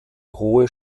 hohe